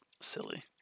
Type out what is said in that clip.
silly